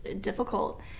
difficult